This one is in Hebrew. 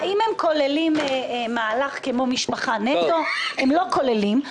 האם הם כוללים מהלך כמו משפחה נטו, הם לא כוללים.